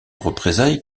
représailles